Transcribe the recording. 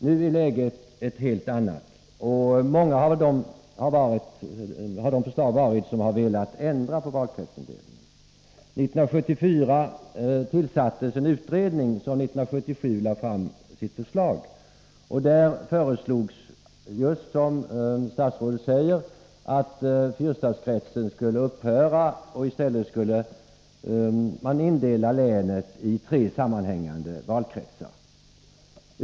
Nu är läget ett helt annat. Många har de förslag varit som gått ut på att ändra valkretsindelningen. År 1974 tillsattes en utredning, som 1977 lade fram sitt förslag. Där föreslogs, just som statsrådet säger, att fyrstadskretsen skulle upphöra och att man i stället skulle indela länet i tre sammanhängande valkretsar.